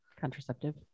Contraceptive